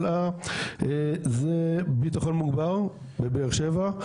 זה ביטחון מוגבר בבאר שבע,